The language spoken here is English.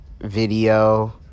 video